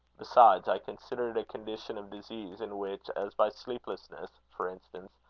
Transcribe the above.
besides, i consider it a condition of disease in which, as by sleeplessness for instance,